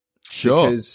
Sure